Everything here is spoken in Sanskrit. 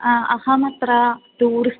अहमत्र टूरिस्ट्